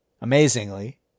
Amazingly